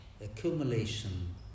accumulation